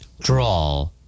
Draw